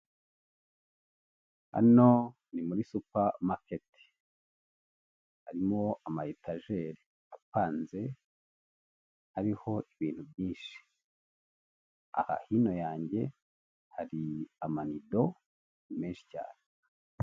Hano ni muri supamaketi harimo ama etageri apanze, hariho ibintu byinshi. Aha hino yanjye hari amanido menshi cyane.